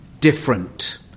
different